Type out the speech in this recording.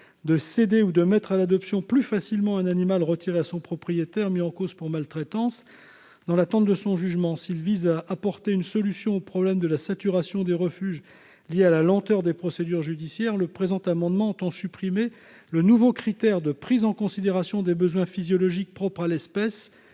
de céder ou de faire adopter plus facilement un animal retiré à son propriétaire, mis en cause pour maltraitance animale, dans l'attente de son jugement. Il tend ainsi à apporter une solution au problème de la saturation des refuges, qui est due à la lenteur des procédures judiciaires. Pour autant, le présent amendement a pour objet de supprimer le nouveau critère de prise en considération « des besoins physiologiques propres » à l'espèce,